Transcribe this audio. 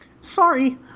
Sorry